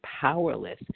powerless